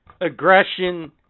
...aggression